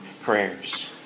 prayers